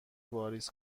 واریز